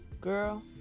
girl